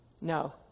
No